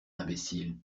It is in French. imbécile